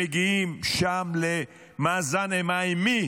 שמגיעים שם למאזן אימה, עם מי?